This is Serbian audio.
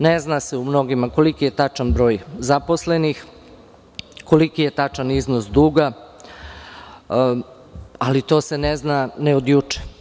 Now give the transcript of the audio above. Ne zna se u mnogima koliki je tačan broj zaposlenih, koliki je tačan iznos duga, ali to se ne zna ne od juče.